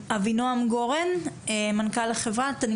אבינועם גורן, מנכ"ל החברה, בוקר טוב.